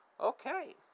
Okay